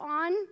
on